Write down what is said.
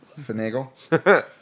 Finagle